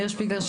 מאיר שפיגלר,